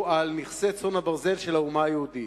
על נכסי צאן ברזל של האומה היהודית.